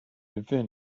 lwy